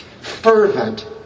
Fervent